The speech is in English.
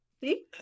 See